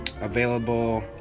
available